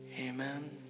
Amen